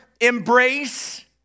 embrace